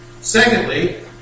Secondly